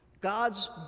God's